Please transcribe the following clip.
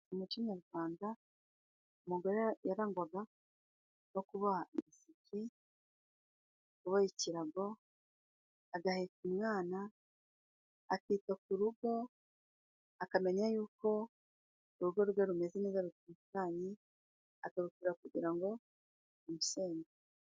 Mu muco nyarwanda, umugore yarangwaga no kuboha ibiseke, kuboha kirago, agaheka umwana, akita ku rugo, akamenya yuko urugo rwe rumeze neza, rutekanye, akarukorera kugira ngo batamusenda.